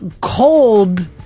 cold